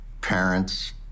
parents